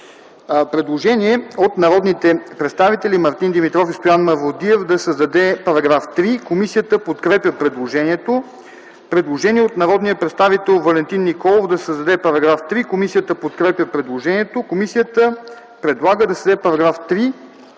предложение от народните представители Мартин Димитров и Стоян Мавродиев да се създаде § 1. Комисията подкрепя предложението. Предложение от народния представител Валентин Николов да се създаде § 1. Комисията подкрепя предложението. Комисията предлага да се създаде § 1: „§ 1.